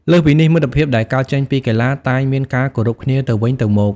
លើសពីនេះ មិត្តភាពដែលកើតចេញពីកីឡាតែងមានការគោរពគ្នាទៅវិញទៅមក។